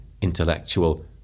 intellectual